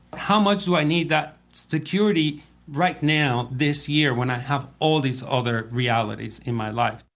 how much do i need that security right now, this year when i have all these other realities in my life.